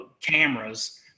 cameras